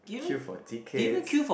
queue for tickets